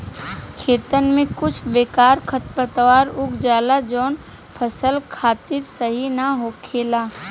खेतन में कुछ बेकार खरपतवार उग जाला जवन फसल खातिर सही ना होखेला